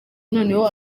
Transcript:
noneho